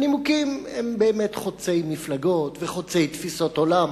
הנימוקים הם באמת חוצי מפלגות וחוצי תפיסות עולם,